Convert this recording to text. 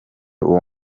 uwo